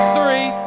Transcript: three